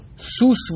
Sus